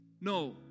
No